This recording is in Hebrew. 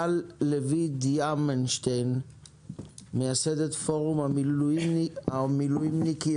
טל לוי דיאמנשטיין מייסדת פורום המילואימיות.